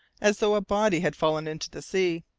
as though a body had fallen into the sea.